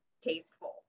tasteful